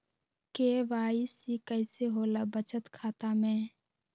KYC कैसे होला बचत खाता में?